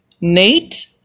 Nate